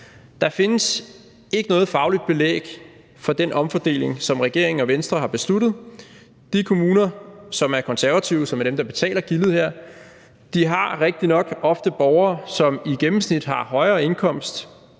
Der findes ikke noget fagligt belæg for den omfordeling, som regeringen og Venstre har besluttet. De kommuner, som er konservative, og som er dem, der betaler gildet her, har rigtig nok ofte borgere, som i gennemsnit har højere indkomst,